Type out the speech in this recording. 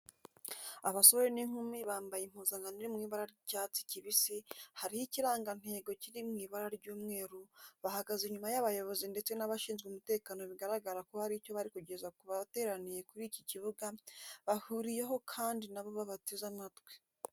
Abasore n'inkumi ba bambaye impuzankano iri mu ibara ry'icyatsi kibisi hariho ikiranga ntego kiri mu ibara ry'umweru, bahagaze inyuma y'abayobozi ndetse n'abashinzwe umutekano bigaragara ko hari icyo barikugeza ku bateraniye kuri iki kibuga bahuriyeho kandi nabo babateze amatwi.